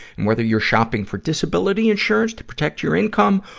and whether you're shopping for disability insurance to protect your income,